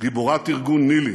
גיבורת ארגון ניל"י,